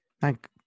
Thank